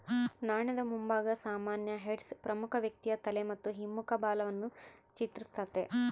ನಾಣ್ಯದ ಮುಂಭಾಗ ಸಾಮಾನ್ಯ ಹೆಡ್ಸ್ ಪ್ರಮುಖ ವ್ಯಕ್ತಿಯ ತಲೆ ಮತ್ತು ಹಿಮ್ಮುಖ ಬಾಲವನ್ನು ಚಿತ್ರಿಸ್ತತೆ